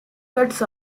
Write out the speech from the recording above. fats